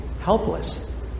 helpless